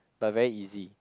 but very easy